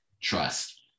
trust